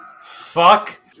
Fuck